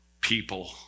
people